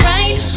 Right